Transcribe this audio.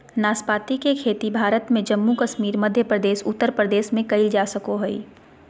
नाशपाती के खेती भारत में जम्मू कश्मीर, मध्य प्रदेश, उत्तर प्रदेश में कइल जा सको हइ